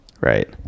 right